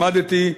למדתי,